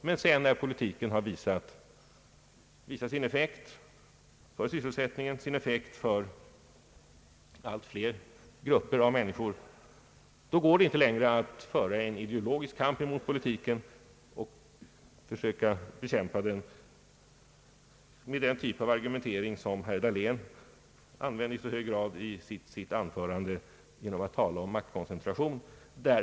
Men när politiken visat sin effektivitet beträffande sysselsättningen och sin effektivitet för allt fler grupper av människor, går det inte längre att föra en ideologisk kamp mot politiken och att försöka bekämpa den med den typ av argumentering som herr Dahlén i så hög grad använde i sitt anförande genom att tala om maktkoncentration.